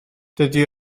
dydy